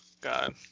God